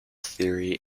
theory